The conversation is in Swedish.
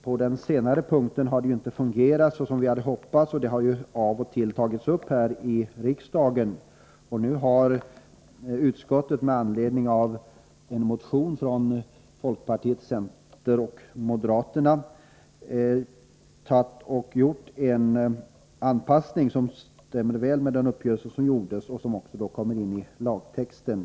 På den senare punkten har det inte fungerat så som vi hade hoppats, vilket av och till har tagits upp här i riksdagen. Utskottet har nu med anledning av en motion från folkpartiet, centern och moderaterna utformat en anpassning av lagen som stämmer med den träffade uppgörelsen, och detta föreslås också bli intaget i lagtexten.